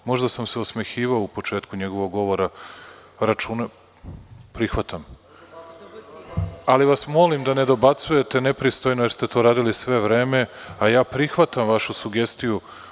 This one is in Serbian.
Možda sam se osmehivao u početku njegovog govora. (Dragan Šutanovac, s mesta: Jeste.) Prihvatam, ali vas molim da ne dobacujete nepristojno, jer ste to radili sve vreme, a ja prihvatam vašu sugestiju.